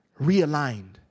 Realigned